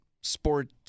sport